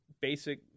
basic